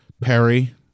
Perry